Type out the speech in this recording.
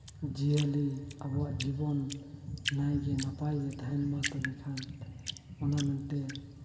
ᱡᱤᱭᱟᱹᱞᱤ ᱟᱵᱚᱣᱟᱜ ᱡᱤᱵᱚᱱ ᱱᱟᱭᱜᱮᱼᱱᱟᱯᱟᱭ ᱜᱮ ᱛᱟᱦᱮᱱ ᱢᱟ ᱛᱚᱵᱮᱠᱷᱟᱱ ᱚᱱᱟ ᱢᱮᱱᱛᱮ